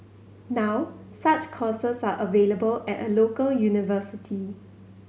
now such courses are available at a local university